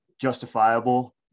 justifiable